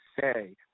say